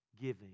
giving